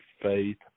faith